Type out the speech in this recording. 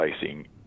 facing